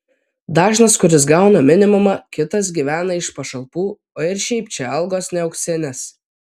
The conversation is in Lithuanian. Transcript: dažnas kuris gauna minimumą kitas gyvena iš pašalpų o ir šiaip čia algos ne auksinės